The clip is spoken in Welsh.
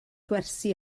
gwersi